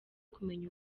kumenya